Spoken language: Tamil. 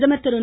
பிரதமர் திரு